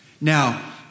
Now